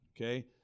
Okay